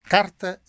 Carta